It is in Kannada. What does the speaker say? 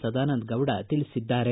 ಸದಾನಂದಗೌಡ ತಿಳಿಸಿದ್ದಾರೆ